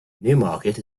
newmarket